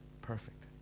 perfect